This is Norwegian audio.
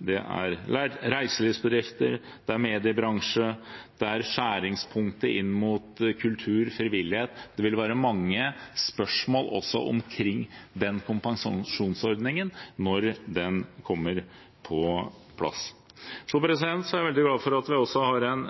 det er reiselivsbedrifter, mediebransjen eller skjæringspunktet inn mot kultur, frivillighet. Det vil være mange spørsmål også omkring den kompensasjonsordningen når den kommer på plass. Jeg er veldig glad for at vi også har en